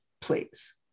please